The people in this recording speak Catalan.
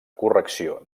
correcció